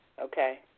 Okay